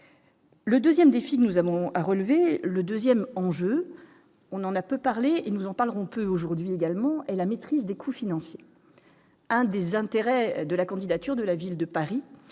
Le 2ème défi nous avons à relever le 2ème enjeu, on en a peu parlé et nous en parlerons peut aujourd'hui également, et la maîtrise des coûts financiers un désintérêt de la candidature de la ville de Paris,